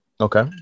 Okay